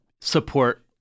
support